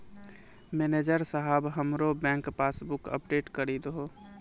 manager साहेब हमरो bank passbook update करि दहो